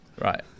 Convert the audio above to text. Right